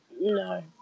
No